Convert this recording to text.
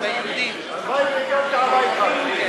הלוואי שהגנת עלי ככה.